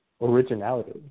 originality